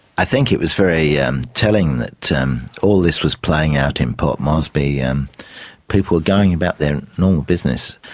i think it was very yeah um telling that um all this was playing out in port moresby and people were going about their normal business.